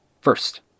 first